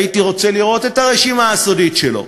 הייתי רוצה לראות את הרשימה הסודית שלו,